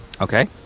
Okay